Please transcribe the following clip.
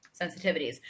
sensitivities